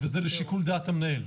וזה לשיקול דעת המנהל.